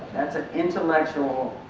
that's an intellectual